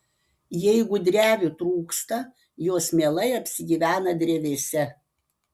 jeigu drevių trūksta jos mielai apsigyvena drevėse